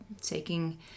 taking